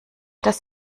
das